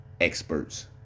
experts